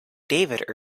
david